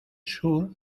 sur